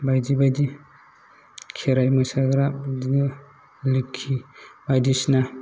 बायदि बायदि खेराइ मोसाग्रा बिदिनो लोखि बायदिसिना